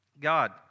God